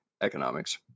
economics